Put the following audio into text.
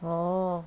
orh